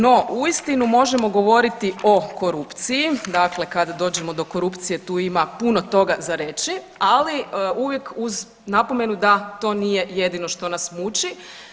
No, uistinu možemo govoriti o korupciji, dakle kada dođemo do korupcije tu ima puno toga za reći, ali uvijek uz napomenu da to nije jedino što nas muči.